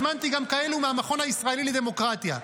הזמנתי גם כאלו מהמכון הישראלי לדמוקרטיה,